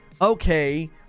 okay